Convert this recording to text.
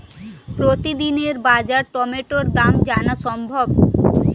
প্রতিদিনের বাজার টমেটোর দাম জানা সম্ভব?